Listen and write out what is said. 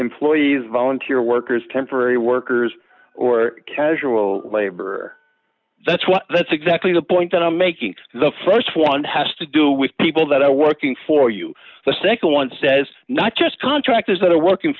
employees volunteer workers temporary workers or casual labor that's what that's exactly the point that i'm making the st one has to do with people that are working for you the nd one says not just contractors that are working